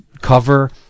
cover